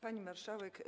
Pani Marszałek!